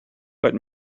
but